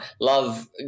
Love –